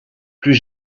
plus